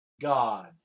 God